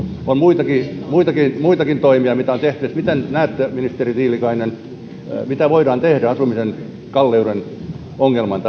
muitakin muitakin toimia on tehty miten näette ministeri tiilikainen mitä voidaan tehdä asumisen kalleuden ongelmalle